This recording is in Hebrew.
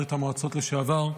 ברית המועצות לשעבר,